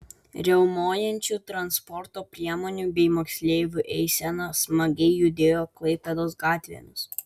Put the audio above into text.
riaumojančių transporto priemonių bei moksleivių eisena smagiai judėjo klaipėdos gatvėmis